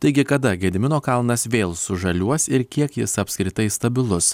taigi kada gedimino kalnas vėl sužaliuos ir kiek jis apskritai stabilus